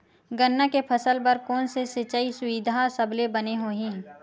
गन्ना के फसल बर कोन से सिचाई सुविधा सबले बने होही?